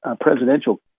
presidential